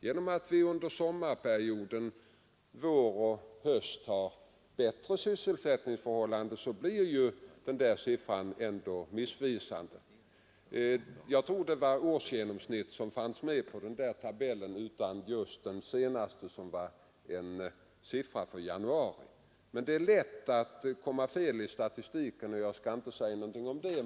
Genom att vi under sommar, vår och höst har bättre sysselsättningsförhållanden, blir januarisiffran missvisande. Men det är lätt att komma fel i statistiken. Jag skall inte säga någonting om det.